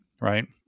right